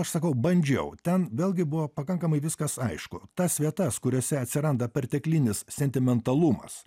aš sakau bandžiau ten vėlgi buvo pakankamai viskas aišku tas vietas kuriose atsiranda perteklinis sentimentalumas